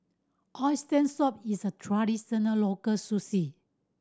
Oxtail Soup is a traditional local